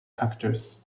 actors